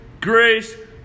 grace